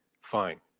Fine